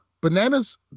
Bananas